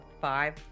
five